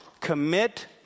Commit